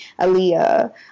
Aaliyah